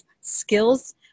skills